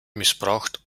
missbraucht